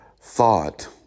thought